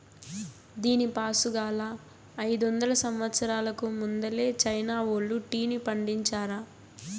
దీనిపాసుగాలా, అయిదొందల సంవత్సరాలకు ముందలే చైనా వోల్లు టీని పండించారా